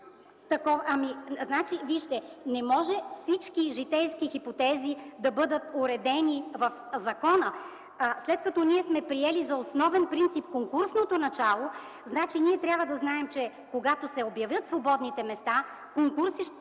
от КБ.) Вижте, не може всички житейски хипотези да бъдат уредени в закона. След като сме приели за основен принцип конкурсното начало, ние трябва да знаем, че когато се обявят свободните места, конкурси